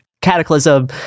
cataclysm